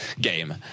game